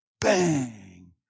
bang